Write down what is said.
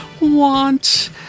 want